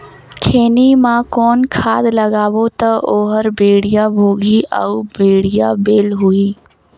खैनी मा कौन खाद लगाबो ता ओहार बेडिया भोगही अउ बढ़िया बैल होही?